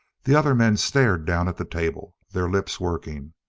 the other men stared down at the table, their lips working.